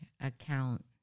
account